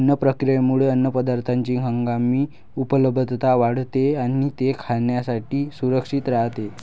अन्न प्रक्रियेमुळे अन्नपदार्थांची हंगामी उपलब्धता वाढते आणि ते खाण्यासाठी सुरक्षित राहते